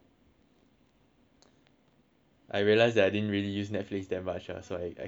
I realised that I didn't use Netflix that much ah so I I cancelled it